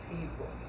people